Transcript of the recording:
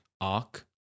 arc